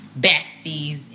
besties